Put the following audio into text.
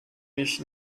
mich